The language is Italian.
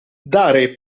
dare